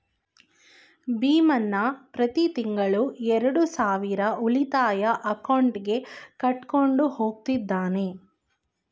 ಭೀಮಣ್ಣ ಪ್ರತಿ ತಿಂಗಳು ಎರಡು ಸಾವಿರ ಉಳಿತಾಯ ಅಕೌಂಟ್ಗೆ ಕಟ್ಕೊಂಡು ಹೋಗ್ತಿದ್ದಾನೆ